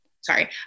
Sorry